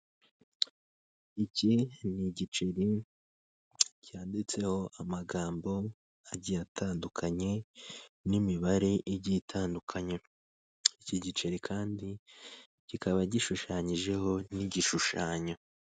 Iki ni igiceri cyanditseho amagambo agiye atandukanye n'imibare igiye itandukanye, iki giceri kandi kikaba gishushanyijeho n'igishushanyo.